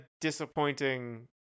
disappointing